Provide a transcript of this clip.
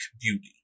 beauty